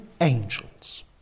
angels